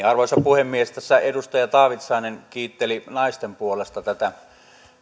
arvoisa puhemies tässä edustaja taavitsainen kiitteli naisten puolesta tätä